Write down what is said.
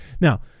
now